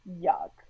Yuck